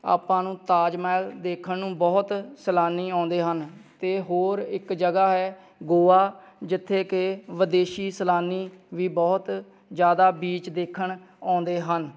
ਆਪਾਂ ਨੂੰ ਤਾਜ ਮਹਿਲ ਦੇਖਣ ਨੂੰ ਬਹੁਤ ਸੈਲਾਨੀ ਆਉਂਦੇ ਹਨ ਅਤੇ ਹੋਰ ਇੱਕ ਜਗ੍ਹਾ ਹੈ ਗੋਆ ਜਿੱਥੇ ਕਿ ਵਿਦੇਸ਼ੀ ਸੈਲਾਨੀ ਵੀ ਬਹੁਤ ਜ਼ਿਆਦਾ ਬੀਚ ਦੇਖਣ ਆਉਂਦੇ ਹਨ